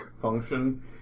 function